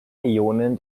ionen